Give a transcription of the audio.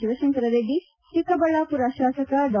ಶಿವಶಂಕರರೆಡ್ಡಿ ಚಿಕ್ಕಬಳ್ಳಾಪುರ ಶಾಸಕ ಡಾ